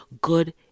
good